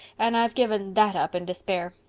and i've given that up in despair.